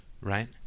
right